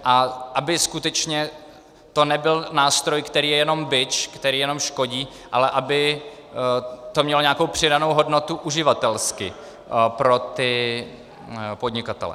A aby skutečně to nebyl nástroj, který je jenom bič, který jenom škodí, ale aby to mělo nějakou přidanou hodnotu uživatelsky pro podnikatele.